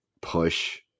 push